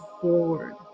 forward